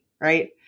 right